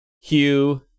Hugh